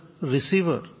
receiver